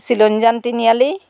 Chilonijan Tiniali